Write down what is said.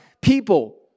people